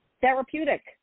therapeutic